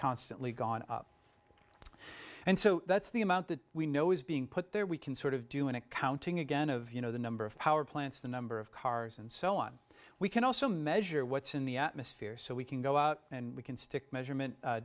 constantly gone up and so that's the amount that we know is being put there we can sort of do an accounting again of you know the number of power plants the number of cars and so on we can also measure what's in the atmosphere so we can go out and we can stick measurement